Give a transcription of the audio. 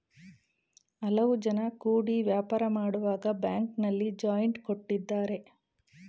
ಹಲವು ಜನ ಕೂಡಿ ವ್ಯಾಪಾರ ಮಾಡುವಾಗ ಬ್ಯಾಂಕಿನಲ್ಲಿ ಜಾಯಿಂಟ್ ಕೊಟ್ಟಿದ್ದಾರೆ